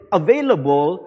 available